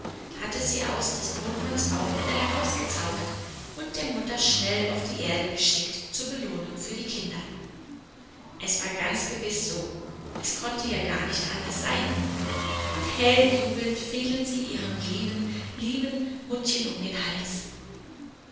hatte sie aus des mondmanns bauch wieder herausgezaubert und der mutter schnell auf die erde geschickt zur belohnung für die kinder es war ganz gewiß so es konnte ja gar nicht anders sein und hell jubelnd fielen sie ihrem lieben lieben muttchen um den hals